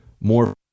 more